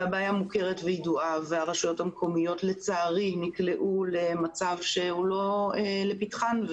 הבעיה מוכרת וידועה והרשויות המקומיות לצערי נקלעו למצב שהוא לא לפתחן.